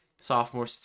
sophomore